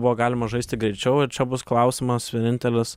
buvo galima žaisti greičiau ir čia bus klausimas vienintelis